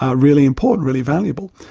ah really important, really valuable.